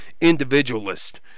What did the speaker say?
individualist